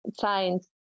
science